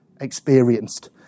experienced